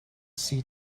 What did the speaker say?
see